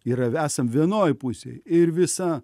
yra esam vienoj pusėj ir visa